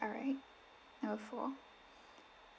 alright number four